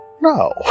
No